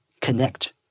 connect